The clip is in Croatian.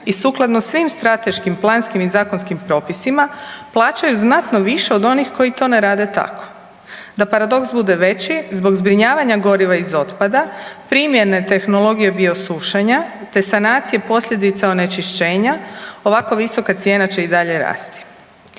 i sukladno svim strateškim planskim i zakonskim propisima plaćaju znatno više od onih koji to ne rade tako. Da paradoks bude veći zbog zbrinjavanja goriva iz otpada, primjene tehnologije biosušenja te sanacije posljedica onečišćenja ovako visoka cijena će i dalje rasti.